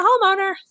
homeowner